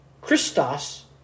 Christos